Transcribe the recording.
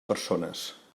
persones